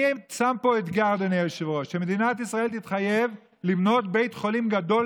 הם לא פרטיים, במקום שהמדינה